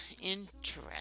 Interesting